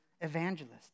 evangelist